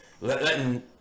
letting